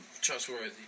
trustworthy